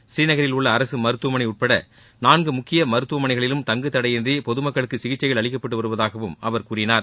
ஸ்ரீநகில் உள்ள அரசு மருத்துவமனை உட்பட நான்கு முக்கிய மருத்துவமனைகளிலும் தங்கு தடையின்றி பொதுமக்களுக்கு சிகிச்சைகள் அளிக்கப்பட்டு வருவதாகவும் அவர் கூறினார்